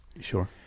Sure